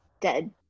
dead